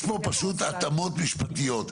יש פה פשוט התאמות משפטיות.